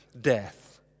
death